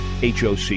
HOC